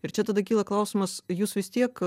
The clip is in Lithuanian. ir čia tada kyla klausimas jūs vis tiek